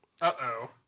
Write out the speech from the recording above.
Uh-oh